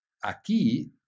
Aquí